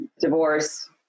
divorce